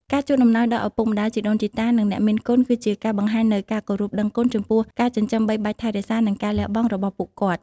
ការជូនអំណោយដល់ឪពុកម្តាយ ជីដូនជីតា និងអ្នកមានគុណគឺជាការបង្ហាញនូវការគោរពដឹងគុណចំពោះការចិញ្ចឹមបីបាច់ថែរក្សា និងការលះបង់របស់ពួកគាត់។